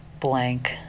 blank